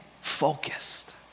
focused